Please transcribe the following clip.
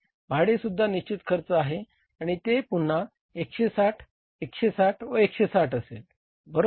भाडेसुद्धा निश्चित खर्च आहे आणि ते पुन्हा 160 160 व 160 असेल बरोबर